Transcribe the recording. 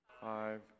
five